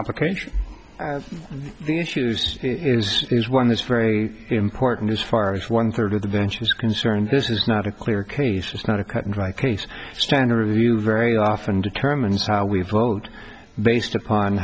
application of the issues is is one that's very important as far as one third of the bench is concerned this is not a clear case it's not a cut and dry case standard review very often determines how we vote based upon